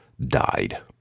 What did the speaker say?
died